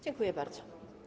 Dziękuję bardzo.